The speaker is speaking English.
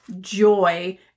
Joy